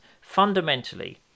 Fundamentally